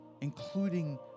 including